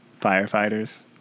firefighters